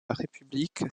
république